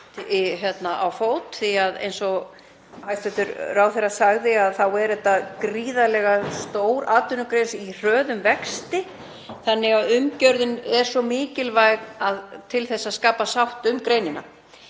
á fót, því að eins og hæstv. ráðherra sagði er þetta gríðarlega stór atvinnugrein í hröðum vexti. Því er umgjörðin svo mikilvæg til að skapa sátt um greinina.